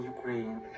Ukraine